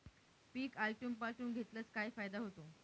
पीक आलटून पालटून घेतल्यास काय फायदा होतो?